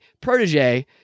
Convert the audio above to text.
protege